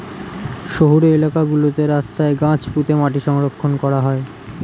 শহুরে এলাকা গুলোতে রাস্তায় গাছ পুঁতে মাটি সংরক্ষণ করা হয়